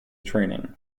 training